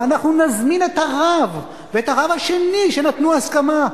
ואנחנו נזמין את הרב ואת הרב השני שנתנו הסכמה.